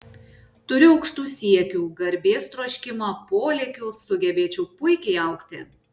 turiu aukštų siekių garbės troškimą polėkių sugebėčiau puikiai augti